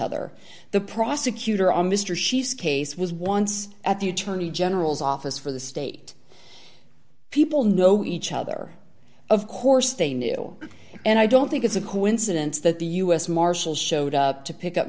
other the prosecutor on mr she's case was once at the attorney general's office for the state people know each other of course they knew and i don't think it's a coincidence that the u s marshals showed up to pick up